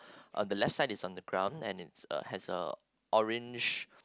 on the left side is on the ground and it's uh has a orange